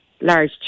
large